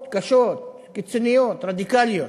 קשות, רדיקליות.